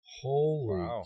Holy